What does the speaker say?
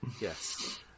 Yes